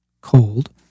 cold